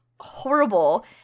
horrible